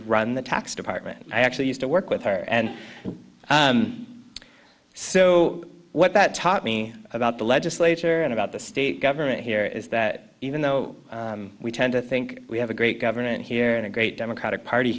run the tax department i actually used to work with her and so what that taught me about the legislature and about the state government here is that even though we tend to think we have a great government here and a great democratic party